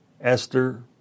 Esther